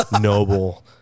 noble